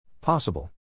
Possible